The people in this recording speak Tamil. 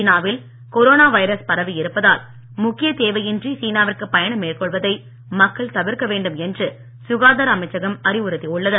சீனாவில் கொரோனா வைரஸ் பரவியிருப்பதால் முக்கியத் தேவையின்றி சீனாவிற்கு பயணம் மேற்கொள்வதை மக்கள் தவிர்க்க வேண்டும் என்று சுகாதார அமைச்சகம் அறிவுறுத்தியுள்ளது